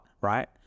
right